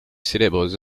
célèbres